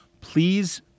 please